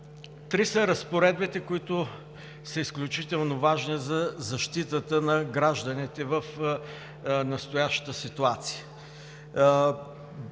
Три са разпоредбите, които са изключително важни за защитата на гражданите в настоящата ситуация.